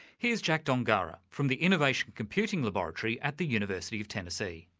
here's jack dongarra, from the innovation computing laboratory at the university of tennessee.